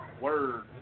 Word